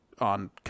on